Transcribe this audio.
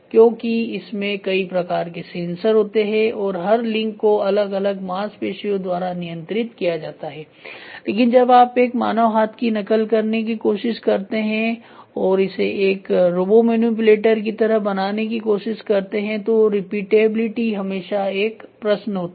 क्योंकि इसमें कई प्रकार के सेंसर होते हैं और हर लिंक को अलग अलग मांसपेशियों द्वारा नियंत्रित किया जाता है लेकिन जब आप एक मानव हाथ की नकल करने की कोशिश करते हैं और इसे एक रोबो मैनिपुलेटर की तरह बनाने की कोशिश करते हैं तो रिपीटेबिलिटी हमेशा एक प्रश्न होता है